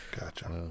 gotcha